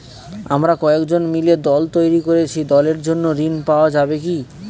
আমরা কয়েকজন মিলে দল তৈরি করেছি দলের জন্য ঋণ পাওয়া যাবে কি?